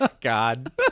God